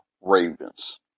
Ravens